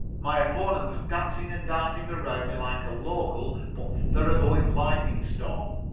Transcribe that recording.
my opponent was dancing and darting around me like a local but thorough-going lightning storm.